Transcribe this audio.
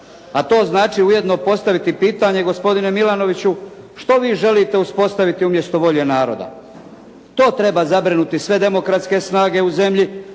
a to znači ujedno postaviti pitanje, gospodine Milanoviću što vi želite uspostaviti umjesto volje naroda? To treba zabrinuti sve demokratske snage u zemlji,